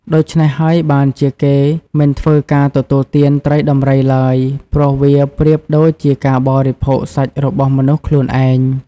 ដូច្នេះហើយបានជាគេមិនធ្វើការទទួលទានត្រីដំរីឡើយ ព្រោះវាប្រៀបដូចជាការបរិភោគសាច់របស់មនុស្សខ្លួនឯង។